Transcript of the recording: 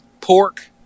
pork